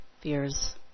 fears